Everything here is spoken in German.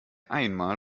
einmal